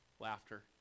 Laughter